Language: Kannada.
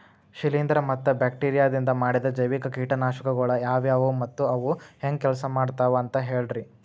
ಶಿಲೇಂಧ್ರ ಮತ್ತ ಬ್ಯಾಕ್ಟೇರಿಯದಿಂದ ಮಾಡಿದ ಜೈವಿಕ ಕೇಟನಾಶಕಗೊಳ ಯಾವ್ಯಾವು ಮತ್ತ ಅವು ಹೆಂಗ್ ಕೆಲ್ಸ ಮಾಡ್ತಾವ ಅಂತ ಹೇಳ್ರಿ?